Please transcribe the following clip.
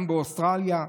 גם באוסטרליה,